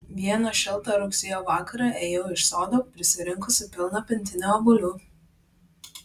vieną šiltą rugsėjo vakarą ėjau iš sodo prisirinkusi pilną pintinę obuolių